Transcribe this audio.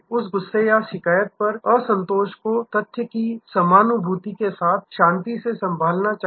उस गुस्से या शिकायत पर असंतोष को तथ्य की समानुभूति के साथ शांति से संभालना चाहिए